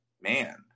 man